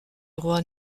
roi